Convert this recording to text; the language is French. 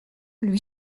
lui